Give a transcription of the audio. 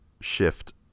shift